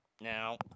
Now